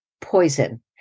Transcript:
poison